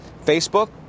facebook